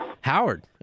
Howard